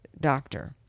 doctor